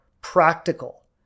practical